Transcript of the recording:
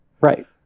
Right